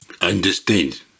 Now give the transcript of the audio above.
Understand